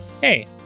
hey